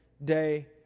Day